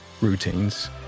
routines